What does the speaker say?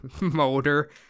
motor